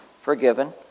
forgiven